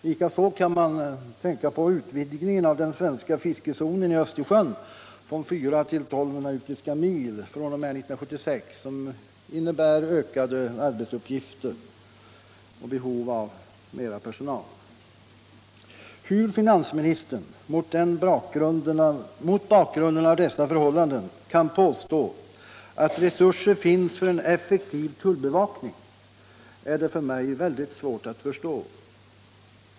Likaså kan man tänka på utvidgningen av den svenska fiskezonen i Östersjön från 4 till 12 nautiska mil fr.o.m. 1976, vilket innebär ökade arbetsuppgifter och behov av mer personal. Hur finansministern mot bakgrund av dessa förhållanden kan påstå att resurser finns för en effektiv tullbevakning är det för mig väldigt svårt att förstå.